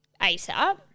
ASAP